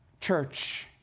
Church